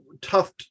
tough